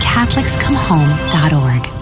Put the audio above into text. CatholicsComeHome.org